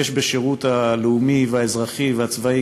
יש בשירות הלאומי והאזרחי והצבאי,